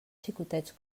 xicotets